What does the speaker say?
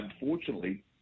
unfortunately